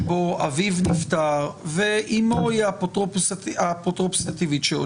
שאביו נפטר ואימו היא האפוטרופוס הטבעי שלו,